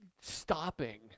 stopping